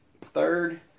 third